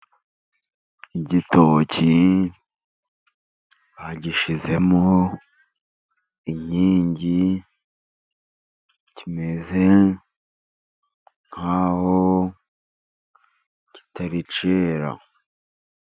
Igitoki bagishyizemo inkingi, kimeze nk'aho kitari cyera.